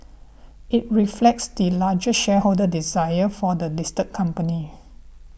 it reflects the largest shareholder's desire for the listed company